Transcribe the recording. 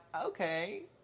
okay